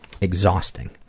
exhausting